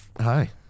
Hi